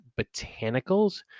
botanicals